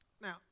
Now